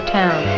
town